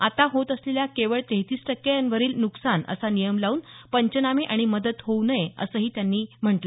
आता होत असलेल्या केवळ तेहतीस टक्क्यांवरील नुकसान असा नियम लावून पंचनामे आणि मदत होऊ नये असंही त्यांनी यावेळी म्हटलं